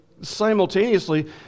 simultaneously